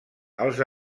els